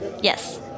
Yes